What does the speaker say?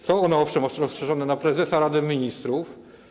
Są one, owszem, rozszerzone na prezesa Rady Ministrów.